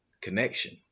connection